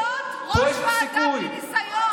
אי-אפשר להיות ראש ועדה בלי ניסיון.